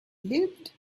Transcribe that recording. lived